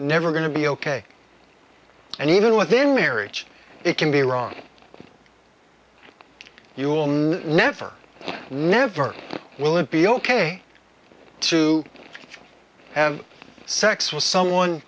never going to be ok and even within marriage it can be wrong you will know never never will it be ok to have sex with someone